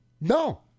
no